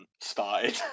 started